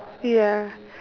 ya